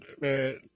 man